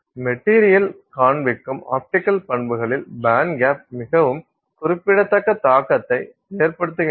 material காண்பிக்கும் optical பண்புகளில் band gap மிகவும் குறிப்பிடத்தக்க தாக்கத்தை ஏற்படுத்துகிறது